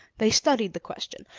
they studied the question,